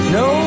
no